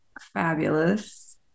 fabulous